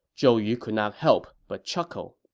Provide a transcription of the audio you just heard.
zhou yu could not help but chuckle